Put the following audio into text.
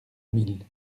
mille